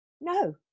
No